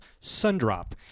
sundrop